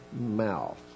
mouth